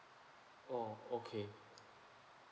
oh okay